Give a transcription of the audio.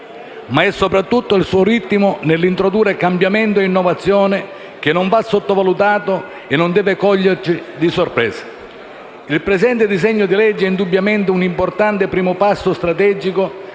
Il presente disegno di legge è indubbiamente un importante primo passo strategico